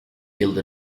yıldır